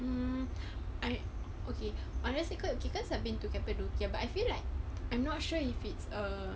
mm I okay I rasa quite okay cause I've been to cappadocia but I feel like I'm not sure if it's err